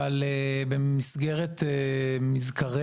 אבל במסגרת מזכרי